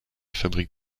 fabrique